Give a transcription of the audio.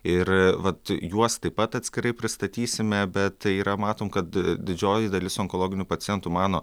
ir vat juos taip pat atskirai pristatysime bet tai yra matom kad didžioji dalis onkologinių pacientų mano